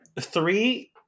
Three